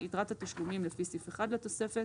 יתרת התשלומים לפי סעיף 1 לתוספת